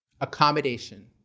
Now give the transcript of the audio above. Accommodation